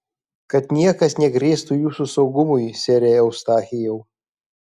kad niekas negrėstų jūsų saugumui sere eustachijau